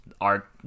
art